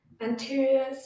anterior